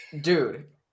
dude